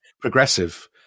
progressive